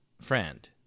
friend